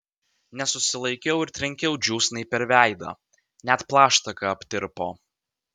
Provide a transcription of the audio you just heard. nesusilaikiau ir trenkiau džiūsnai per veidą net plaštaka aptirpo